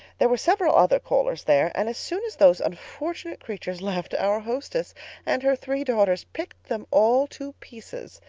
there were several other callers there, and as soon as those unfortunate creatures left, our hostess and her three daughters picked them all to pieces.